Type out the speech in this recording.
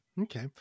Okay